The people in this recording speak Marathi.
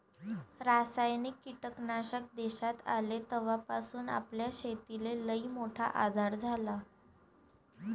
रासायनिक कीटकनाशक देशात आले तवापासून आपल्या शेतीले लईमोठा आधार झाला